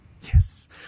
Yes